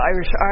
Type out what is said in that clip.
Irish